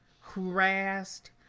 harassed